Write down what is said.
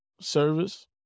service